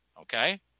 Okay